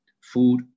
food